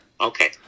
Okay